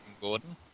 Gordon